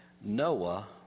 Noah